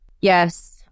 Yes